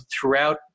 throughout